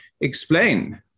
explain